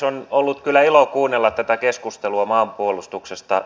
on ollut kyllä ilo kuunnella tätä keskustelua maanpuolustuksesta